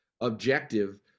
objective